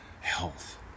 Health